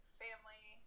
family